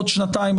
עוד שנתיים,